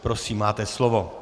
Prosím, máte slovo.